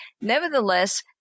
Nevertheless